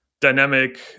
dynamic